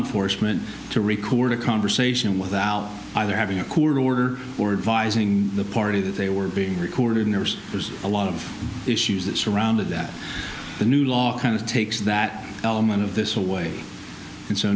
enforcement to record a conversation without either having a court order or devising the party that they were being recorded there's there's a lot of issues that surround it that the new law kind of takes that element of this away and so